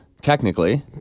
technically